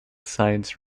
sides